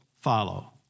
follow